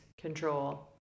control